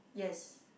yes